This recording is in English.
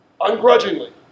ungrudgingly